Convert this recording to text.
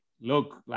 look